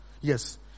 Yes